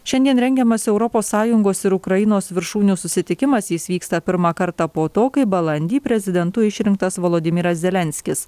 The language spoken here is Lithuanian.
šiandien rengiamas europos sąjungos ir ukrainos viršūnių susitikimas jis vyksta pirmą kartą po to kai balandį prezidentu išrinktas volodimiras zelenskis